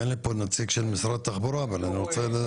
כי אין לי פה נציג של משרד התחבורה ואני רוצה לדעת.